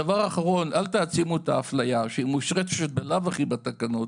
דבר אחרון: אל תעצימו את האפליה שמושרשת בלאו הכי בתקנות,